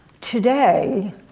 Today